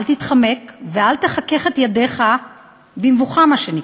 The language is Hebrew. אל תתחמק ואל תחכך את ידיך במבוכה, מה שנקרא.